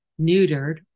neutered